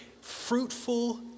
fruitful